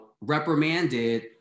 reprimanded